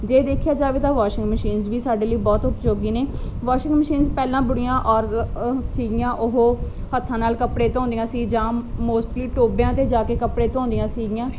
ਜੇ ਦੇਖਿਆ ਜਾਵੇ ਤਾਂ ਵਾਸ਼ਿੰਗ ਮਸ਼ੀਨਸ ਵੀ ਸਾਡੇ ਲਈ ਬਹੁਤ ਉਪਯੋਗੀ ਨੇ ਵਾਸ਼ਿੰਗ ਮਸ਼ੀਨਸ ਪਹਿਲਾਂ ਬੁੜੀਆਂ ਔਰ ਅਹ ਸੀਗੀਆਂ ਉਹ ਹੱਥਾਂ ਨਾਲ ਕੱਪੜੇ ਧੋਂਦੀਆਂ ਸੀ ਜਾਂ ਮੋਸਟਲੀ ਟੋਬਿਆਂ 'ਤੇ ਜਾ ਕੇ ਕੱਪੜੇ ਧੋਂਦੀਆਂ ਸੀਗੀਆਂ